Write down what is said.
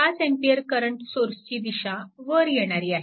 5A current सोर्सची दिशा वर येणारी आहे